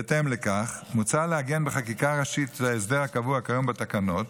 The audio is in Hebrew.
בהתאם לכך מוצע לעגן בחקיקה ראשית את ההסדר הקבוע כיום בתקנות